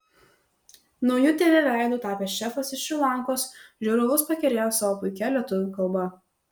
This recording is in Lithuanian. nauju tv veidu tapęs šefas iš šri lankos žiūrovus pakerėjo savo puikia lietuvių kalba